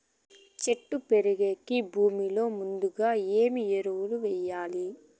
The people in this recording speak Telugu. చెట్టు పెరిగేకి భూమిలో ముందుగా ఏమి ఎరువులు వేయాలి?